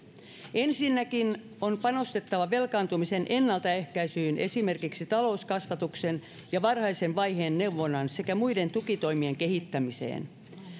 ensinnäkin on panostettava velkaantumisen ennaltaehkäisyyn esimerkiksi talouskasvatuksen ja varhaisen vaiheen neuvonnan sekä muiden tukitoimien kehittämiseen